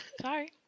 sorry